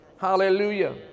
Hallelujah